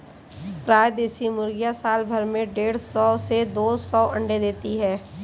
प्रायः देशी मुर्गियाँ साल भर में देढ़ सौ से दो सौ अण्डे देती है